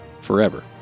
forever